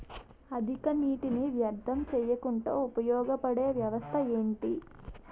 అధిక నీటినీ వ్యర్థం చేయకుండా ఉపయోగ పడే వ్యవస్థ ఏంటి